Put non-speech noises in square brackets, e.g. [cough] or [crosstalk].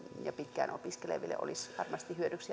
ja pitkään opiskeleville olisi varmasti hyödyksi [unintelligible]